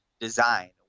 design